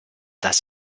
das